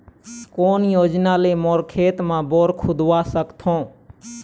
कोन योजना ले मोर खेत मा बोर खुदवा सकथों?